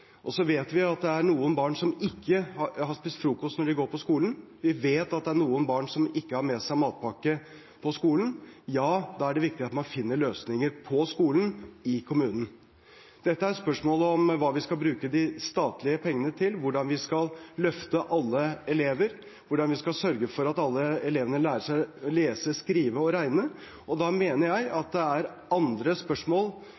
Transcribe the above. Så vet vi at det er noen barn som ikke har spist frokost når de går på skolen, vi vet at det er noen barn som ikke har med seg matpakke på skolen. Da er det viktig at man finner løsninger på skolen, i kommunen. Dette er et spørsmål om hva vi skal bruke de statlige pengene til, hvordan vi skal løfte alle elever, hvordan vi skal sørge for at alle elevene lærer seg å lese, skrive og regne. Jeg mener at det er andre spørsmål